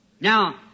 Now